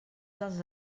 dels